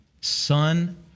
Son